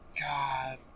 God